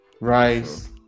Rice